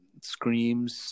screams